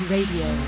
Radio